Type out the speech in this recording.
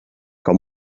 com